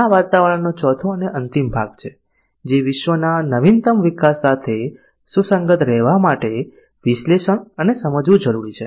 આ વાતાવરણનો ચોથો અને અંતિમ ભાગ છે જે વિશ્વના નવીનતમ વિકાસ સાથે સુસંગત રહેવા માટે વિશ્લેષણ અને સમજવું જરૂરી છે